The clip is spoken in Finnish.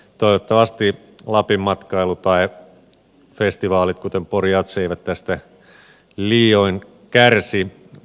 toivottavasti lapin matkailu tai festivaalit kuten pori jazz eivät tästä liioin kärsi